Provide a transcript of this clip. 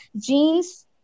jeans